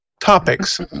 Topics